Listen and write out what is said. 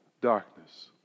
darkness